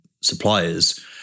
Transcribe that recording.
suppliers